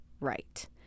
right